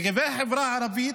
לגבי החברה הערבית,